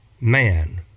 man